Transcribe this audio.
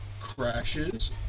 crashes